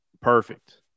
Perfect